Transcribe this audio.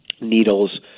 needles